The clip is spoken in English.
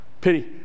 Pity